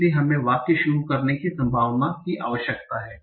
इसलिए हमें वाक्य शुरू करने की संभावना की आवश्यकता है